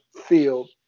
field